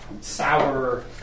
sour